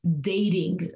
dating